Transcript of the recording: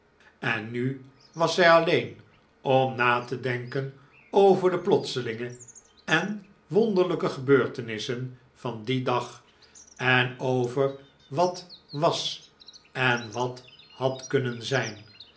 en nu was zij alleen om na te denken over de plotselinge en wonderlijke gebeurtenissen van dien dag en over wat was en wat had kunnen zijn